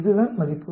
இதுதான் மதிப்பு